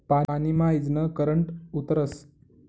पानी मा ईजनं करंट उतरस